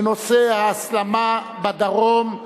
בנושא ההסלמה בדרום,